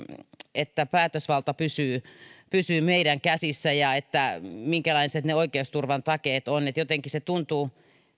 että päätösvalta pysyy meidän käsissämme ja minkälaiset ne oikeusturvan takeet ovat jotenkin se tuntuu